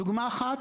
דוגמה אחת,